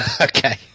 okay